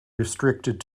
restricted